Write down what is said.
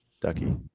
Ducky